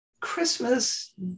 Christmas